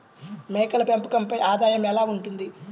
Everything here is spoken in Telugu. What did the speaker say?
మేకల పెంపకంపై ఆదాయం ఎలా ఉంటుంది?